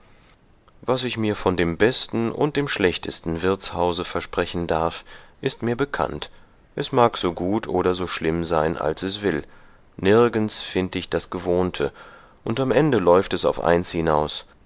was ich mir von dem besten und dem schlechtesten wirtshause versprechen darf ist mir bekannt es mag so gut oder so schlimm sein als es will nirgends find ich das gewohnte und am ende läuft es auf eins hinaus